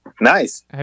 Nice